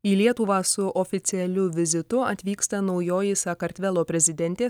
į lietuvą su oficialiu vizitu atvyksta naujoji sakartvelo prezidentė